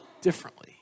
differently